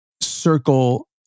circle